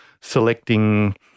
selecting